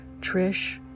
Trish